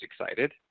excited